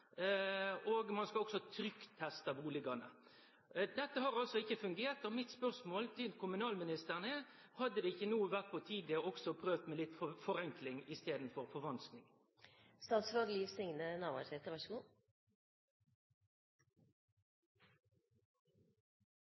og ein skal også trykkteste bustadene. Dette har altså ikkje fungert. Mitt spørsmål til kommunalministeren er: Hadde ikkje no vore på tide å prøve med litt forenkling i staden for